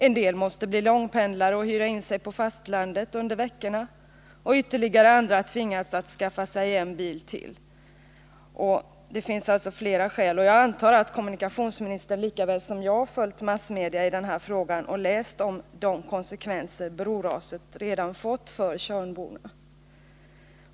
En del måste bli långpendlare och hyra in sig på fastlandet under arbetsveckorna. Ytterligare andra tvingas att skaffa sig en bil till. Det finns alltså flera skäl till att det brådskar med brobygget, och jag antar att kommunikationsministern lika väl som jag följt massmedia och läst om de konsekvenser broraset fått för Tjörnborna.